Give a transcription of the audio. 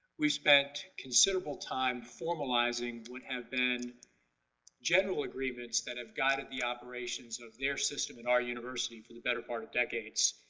we spent considerable time formalizing. when have been general agreements that have guided the operations of their system and our university for the better part of decades,